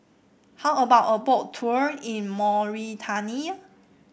how about a Boat Tour in Mauritania